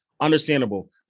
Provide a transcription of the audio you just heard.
understandable